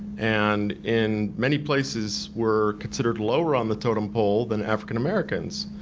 and in many places were considered lower on the totem pole than african americans.